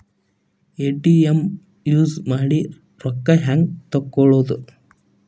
ATM use ಮಾಡಿ ರೊಕ್ಕ ಹೆಂಗೆ ತಕ್ಕೊಳೋದು?